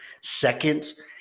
seconds